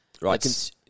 right